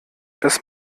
das